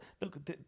Look